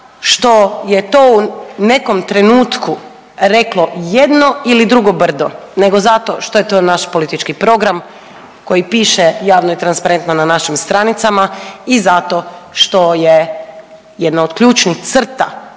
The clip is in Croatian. što je to u nekom trenutku reklo jedno ili drugo brdo nego zato što je to naš politički program koji piše javno i transparentno na našim stranicama i zato što je jedna od ključnih crta